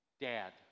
Dad